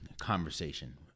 conversation